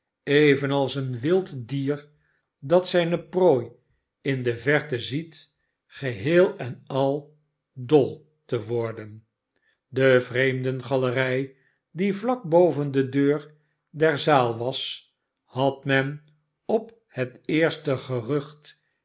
evenals een wild dier dat zijne prooi in de verte ziet geheel en aldol te worden de vreemdengalerij die vlak boven de deur der zaal was had men op het eerste gerucht